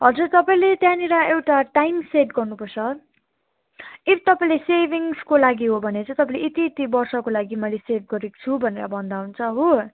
हजुर तपाईँले त्यहाँनिर एउटा टाइम सेट गर्नुपर्छ इफ तपाईँले सेभिङ्सको लागि हो भने चाहिँ तपाईँले यति यति वर्षको लागि मैले सेभ गरेको छु भनेर भन्दा हुन्छ हो